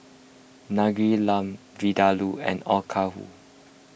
Naengmyeon Lamb Vindaloo and Okayu